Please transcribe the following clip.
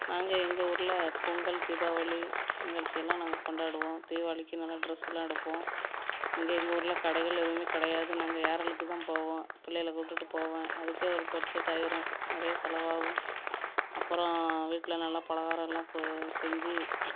நாங்கள் எங்கள் ஊரில் பொங்கல் தீபாவளி நிகழ்ச்சியெல்லாம் நாங்கள் கொண்டாடுவோம் தீபாவளிக்கு நாங்கள் ட்ரெஸ்லாம் எடுப்போம் இங்கே எங்கள் ஊரில் கடைகள் எதுவுமே கிடையாது நாங்கள் ஏரலுக்கு தான் போவோம் பிள்ளைகளை கூப்பிட்டுட்டு போவேன் அதற்கே ஒரு பட்ஜெட்டாயிரும் நிறையா செலவாகும் அப்புறோம் வீட்டில் நல்லா பலகாரயெல்லாம் கு செஞ்சு